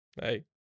hey